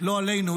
לא עלינו,